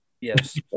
Yes